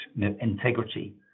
integrity